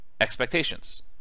expectations